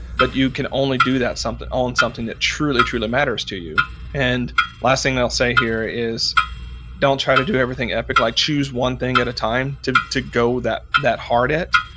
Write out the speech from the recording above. but you can only do that something, own something that truly, truly matters to you and last thing that i'll say here is don't try to do everything epic. like choose one thing at a time to to go that that hard at.